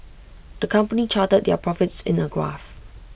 the company charted their profits in A graph